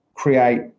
Create